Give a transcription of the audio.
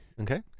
okay